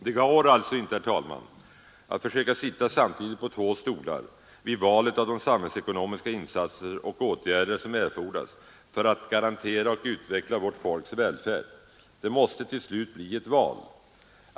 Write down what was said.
Det går alltså inte, herr talman, att försöka sitta samtidigt på två stolar vid valet av de samhällsekonomiska insatser och åtgärder som erfordras för att garantera och utveckla vårt folks välfärd. Det måste till slut bli ett val.